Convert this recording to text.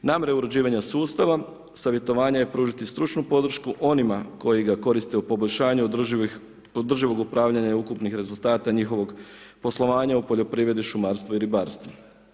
Namjera uređivanja sustava, savjetovanje, pružiti stručnu podršku onima koji ga koriste u poboljšanju održivog upravljanja ukupnog rezultata njihovog poslovanja u poljoprivredi, šumarstvu i ribarstvu.